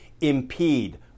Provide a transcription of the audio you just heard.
impede